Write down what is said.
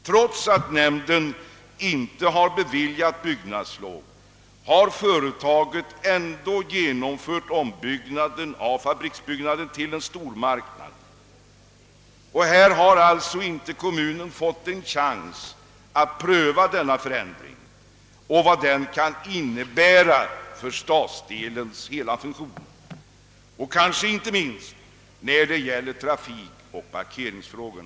Trots att nämnden inte har beviljat byggnadslov, har företaget ändå genomfört ombyggnaden av fabriksbyggnaden till handelsändamål. Kommunen har alltså inte fått en chans att pröva denna förändring och vad den kan innebära dels för stadsdelens hela funktion, men dels och kanske inte minst för dess trafikoch parkeringsfrågor.